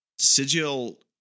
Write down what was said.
sigil